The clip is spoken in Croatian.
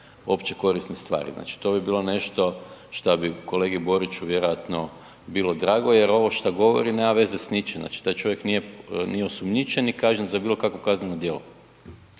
opće korisne stvari, znači to bi bilo nešto šta bi kolegi Boriću vjerojatno bilo drago jer ovo šta govori nema veze s ničim, znači taj čovjek nije, nije osumnjičen i kažnjen za bilo kakvo kazneno djelo,